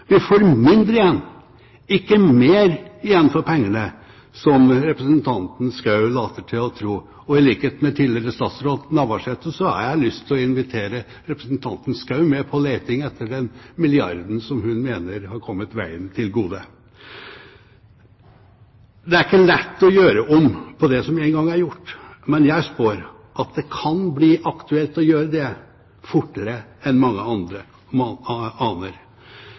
Vi får mindre igjen for pengene, ikke mer, som representanten Schou later til å tro. I likhet med tidligere statsråd Navarsete har jeg lyst til å invitere representanten Schou med på leting etter den milliarden som hun mener har kommet veien til gode. Det er ikke lett å gjøre om på det som én gang er gjort, men jeg spår at det kan bli aktuelt å gjøre det fortere enn mange